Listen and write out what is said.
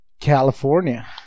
California